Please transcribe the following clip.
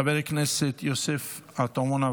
חבר הכנסת יוסף עטאונה,